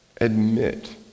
admit